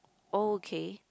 oh okay